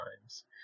times